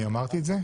אני אמרתי את זה?